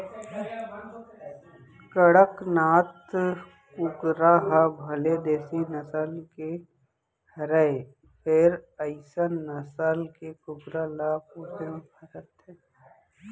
कड़कनाथ कुकरा ह भले देसी नसल के हरय फेर अइसन नसल के कुकरा ल पोसे म फायदा रथे